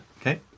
Okay